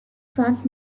front